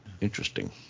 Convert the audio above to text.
Interesting